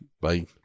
Bye